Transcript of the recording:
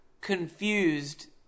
confused